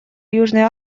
южной